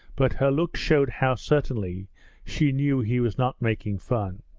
but her look showed how certainly she knew he was not making fun.